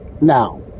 now